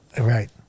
right